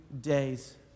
days